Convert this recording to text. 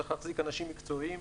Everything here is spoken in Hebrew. צריך להחזיק אנשים מקצועיים,